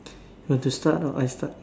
you want to start or I start